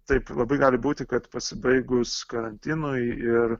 taip labai gali būti kad pasibaigus karantinui ir